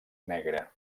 negra